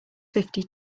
fifty